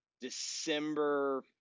December